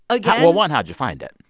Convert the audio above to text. again. well, one, how'd you find it?